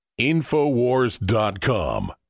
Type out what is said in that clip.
Infowars.com